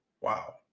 Wow